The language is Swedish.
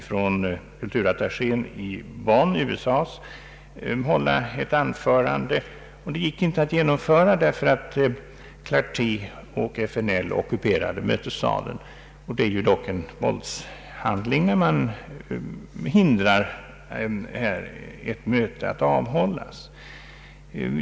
USA:s kulturattaché i Bonn skulle hålla ett anförande, men det gick inte att genomföra därför att Clarté och FNL ockuperade mötessalen. Det är dock en våldshandling, när man hindrar ett möte att hållas.